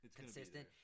consistent